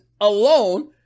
alone